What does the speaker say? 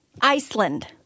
Iceland